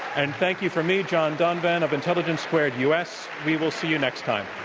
and thank you from me, john donvan of intelligence squared u. s. we will see you next time.